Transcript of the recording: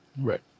Right